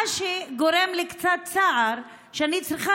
מה שגורם לי קצת צער זה שאני צריכה